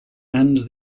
and